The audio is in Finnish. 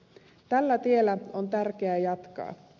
tällä tiellä on tärkeä jatkaa